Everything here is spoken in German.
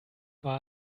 war